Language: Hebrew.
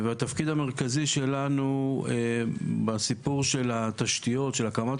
והתפקיד המרכזי שלנו בסיפור של הקמת